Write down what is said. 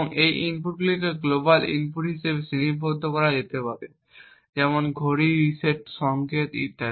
এই ইনপুটগুলিকে global input হিসাবে শ্রেণীবদ্ধ করা যেতে পারে যেমন ঘড়ি রিসেট সংকেত ইত্যাদি